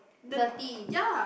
dirty